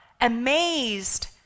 Amazed